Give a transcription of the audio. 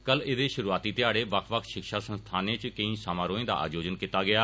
कल एहदे शुरूआती ध्याड़ें बक्ख बक्ख शिक्षा संस्थानें इच केई समारोहें दा आयोजन कीता गेआ